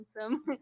handsome